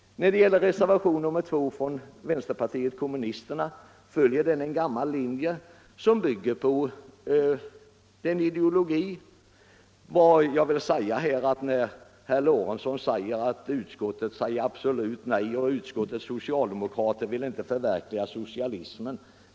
Reservationen 2 från vänsterpartiet kommunisterna följer en gammal linje, som bygger på den kommunistiska ideologin. Herr Lorentzon förklarar att utskottets socialdemokrater inte vill förverkliga socialismen.